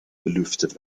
belüftet